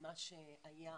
מה שהיה